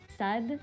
sad